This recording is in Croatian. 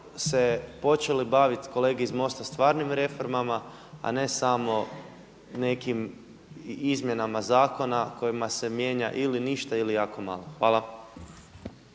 se počele baviti kolege iz MOST-a stvarnim reformama, a ne samo nekim izmjena zakona kojima se mijenja ili ništa ili jako malo. Hvala.